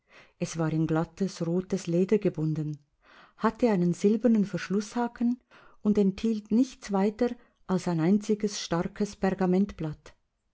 es war in glattes rotes leder gebunden hatte einen silbernen verschlußhaken und enthielt nichts weiter als ein einziges starkes